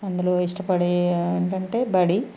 అందులో ఇష్టపడేది ఏంటంటే బడి